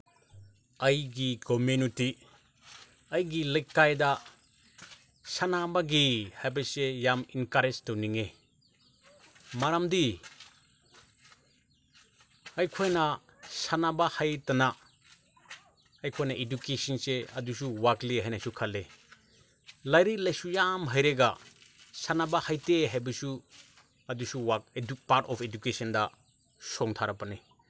ꯑꯩꯒꯤ ꯀꯣꯃ꯭ꯌꯨꯅꯤꯇꯤ ꯑꯩꯒꯤ ꯂꯩꯀꯥꯏꯗ ꯁꯥꯟꯅꯕꯒꯤ ꯍꯥꯏꯕꯁꯦ ꯌꯥꯝ ꯑꯦꯟꯀꯔꯦꯖ ꯇꯧꯅꯤꯡꯉꯦ ꯃꯔꯝꯗꯤ ꯑꯩꯈꯣꯏꯅ ꯁꯥꯟꯅꯕ ꯍꯩꯇꯅ ꯑꯩꯈꯣꯏꯅ ꯏꯗꯨꯀꯦꯁꯟꯁꯦ ꯑꯗꯨꯁꯨ ꯋꯥꯠꯂꯤ ꯍꯥꯏꯅꯁꯨ ꯈꯜꯂꯤ ꯂꯥꯏꯔꯤꯛ ꯂꯥꯏꯁꯨ ꯌꯥꯝ ꯍꯩꯔꯒ ꯁꯥꯟꯅꯕ ꯍꯩꯇꯦ ꯍꯥꯏꯕꯁꯨ ꯑꯗꯨꯁꯨ ꯑꯗꯨ ꯄꯥꯔꯠ ꯑꯣꯐ ꯏꯗꯨꯀꯦꯁꯟꯗ ꯁꯣꯟꯊꯔꯛꯄꯅꯤ